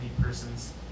persons